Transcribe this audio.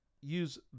use